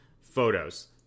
Photos